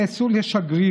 הם נעשו לשגרירים.